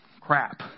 Crap